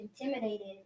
intimidated